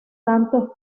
tanto